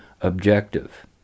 objective